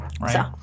Right